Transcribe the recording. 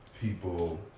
people